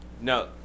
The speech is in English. No